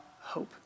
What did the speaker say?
hope